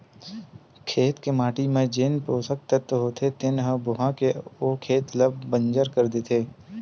खेत के माटी म जेन पोसक तत्व होथे तेन ह बोहा के ओ खेत ल बंजर कर देथे